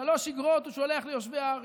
שלוש אגרות הוא שולח ליושבי הארץ: